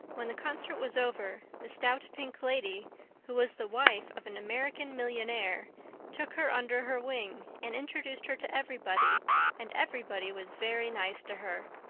when the concert was over, the stout, pink lady who was the wife of an american millionaire took her under her wing, and introduced her to everybody and everybody was very nice to her.